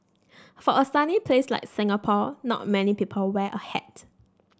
for a sunny place like Singapore not many people wear a hat